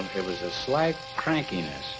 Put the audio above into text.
it was a slight crankiness